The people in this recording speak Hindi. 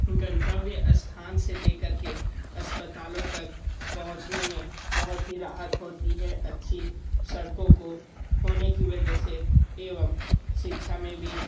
गंतव्य स्थान से लेकर के अस्पतालों तक पहुंचने में बहुत ही राहत होती है अच्छी सड़कों को होने की वजह से एवं शिक्षा में भी